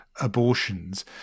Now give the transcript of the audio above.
abortions